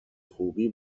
خوبی